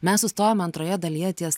mes sustojom antroje dalyje ties